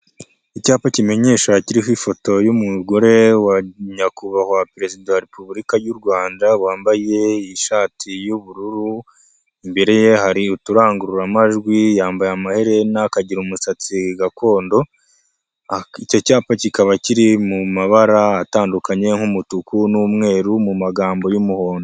Icyapa kimenyesha kiririho ifoto y'umugore wa nyakubahwa perezida wa repubulika y'u Rwanda wambaye ishati y'ubururu, imbere ye hari uturangururamajwi yambaye amaherena akagira umusatsi gakondo, icyo cyapa kikaba kiri mu mabara atandukanye nk'umutuku n'umweru mu magambo y'umuhondo.